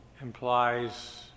implies